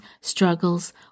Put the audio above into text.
struggles